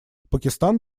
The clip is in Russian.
пакистан